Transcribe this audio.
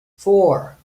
four